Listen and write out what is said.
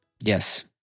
yes